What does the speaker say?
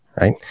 right